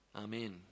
Amen